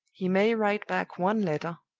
he may write back one letter,